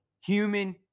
human